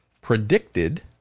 predicted